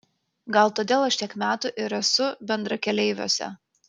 gal todėl aš tiek metų ir esu bendrakeleiviuose